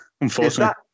unfortunately